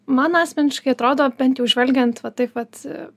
man asmeniškai atrodo bent jau žvelgiant va taip vat